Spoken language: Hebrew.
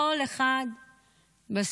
כל אחד בסוף